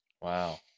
Wow